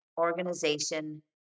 organization